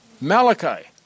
Malachi